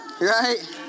right